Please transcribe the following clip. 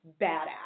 badass